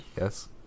Yes